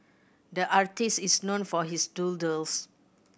the artist is known for his doodles